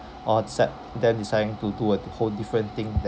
then deciding to do a whole different thing that